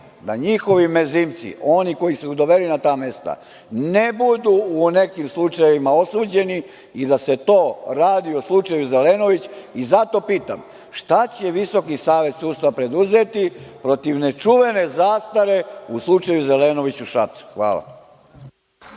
da njihovi mezimci, oni koji su ih doveli na ta mesta ne budu u nekim slučajevima osuđeni i da se to radi o slučaju Zelenović. Zato pitam – šta će Visoki savet sudstva preduzeti protiv nečuvene zastare u slučaju Zelenović u Šapcu. Hvala.